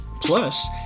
Plus